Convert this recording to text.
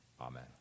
Amen